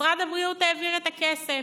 משרד הבריאות העביר את הכסף.